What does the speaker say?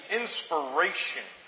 inspiration